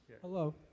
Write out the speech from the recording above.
hello